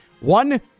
One